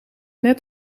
net